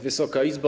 Wysoka Izbo!